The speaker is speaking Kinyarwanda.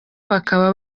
bakaba